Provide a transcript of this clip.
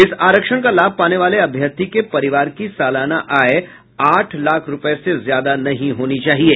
इस आरक्षण का लाभ पाने वाले अभ्यर्थी के परिवार की सलाना आय आठ लाख रूपये से ज्यादा नहीं होनी चाहिये